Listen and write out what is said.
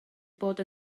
bod